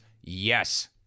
yes